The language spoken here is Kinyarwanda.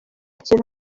kintu